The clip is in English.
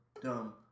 dumb